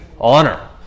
Honor